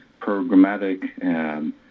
programmatic